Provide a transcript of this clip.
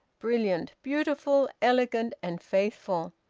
brilliant, beautiful, elegant, and faithful?